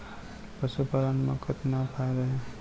पशुपालन मा कतना फायदा हे?